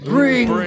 Bring